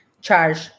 charge